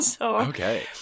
Okay